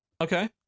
Okay